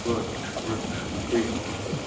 good good ਠੀਕ ਠੀਕ ਠੀਕ